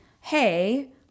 Hey